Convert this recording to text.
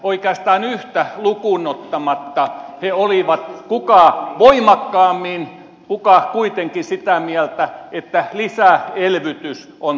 oikeastaan yhtä lukuun ottamatta he olivat kuka voimakkaammin kuka kuitenkin sitä mieltä että lisäelvytys on tarpeen